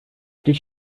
did